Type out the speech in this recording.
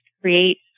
create